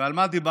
ועל מה דיברנו?